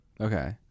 Okay